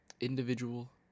Individual